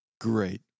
Great